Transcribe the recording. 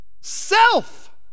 Self